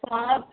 Saurabh